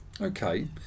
Okay